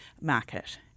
market